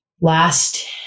last